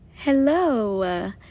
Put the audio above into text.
Hello